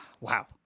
Wow